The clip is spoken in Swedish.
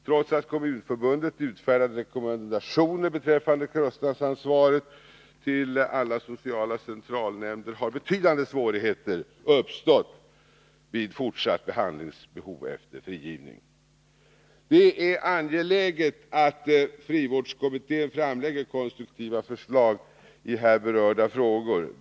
Trots att Kombehandlingsmöjligmunförbundet utfärdat rekommendationer beträffande kostnadsansvaret till herer för narkotialla sociala centralnämnder har betydande svårigheter uppstått vid fortsatt kamissbrukare Det är angeläget att frivårdskommittén framlägger konstruktiva förslag i här berörda frågor.